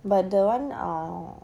but that one err